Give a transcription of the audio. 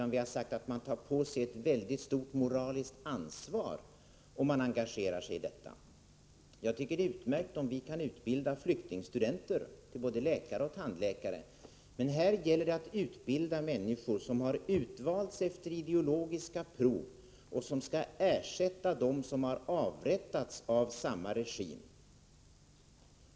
Men vi har sagt att man tar på sig ett väldigt stort moraliskt ansvar, om man engagerar sig i denna utbildning. Det är utmärkt om vi kan utbilda flyktingstuderande till läkare och tandläkare. Men här gäller det att utbilda människor, som har utvalts efter ideologiska krav och skall ersätta dem som har avrättats av samma regim.